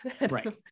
Right